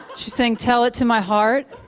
she's saying, tell it to my heart